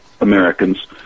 Americans